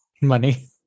money